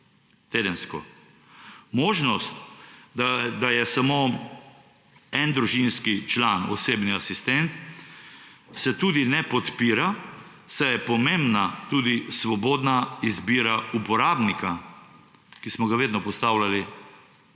tedensko. Možnost, da je samo en družinski član osebni asistent, se tudi ne podpira, saj je pomembna tudi svobodna izbira uporabnika, ki smo ga vedno postavljali